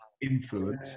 influence